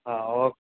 ആ ഓക്കെ